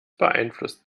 beeinflusst